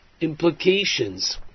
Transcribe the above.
implications